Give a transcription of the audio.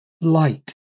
light